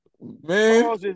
Man